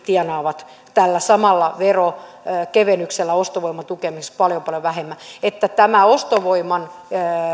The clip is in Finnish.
tienaavat tällä samalla veronkevennyksellä ostovoiman tukemiseksi paljon paljon vähemmän eli tämä ostovoiman